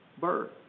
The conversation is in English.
birth